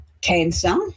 Cancer